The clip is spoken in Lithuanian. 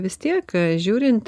vis tiek žiūrint